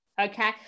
Okay